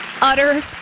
Utter